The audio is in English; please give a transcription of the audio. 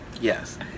Yes